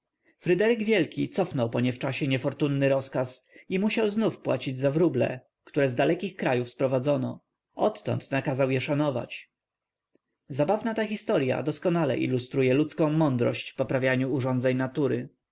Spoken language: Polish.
wielki cofnął po niewczasie niefortunny rozkaz i musiał znów płacić za wróble które z dalekich krajów sprowadzano odtąd nakazał je szanować zabawna ta historya doskonale ilustruje ludzką mądrość w poprawianiu urządzeń natury